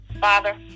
Father